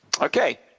Okay